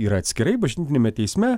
yra atskirai bažnytiniame teisme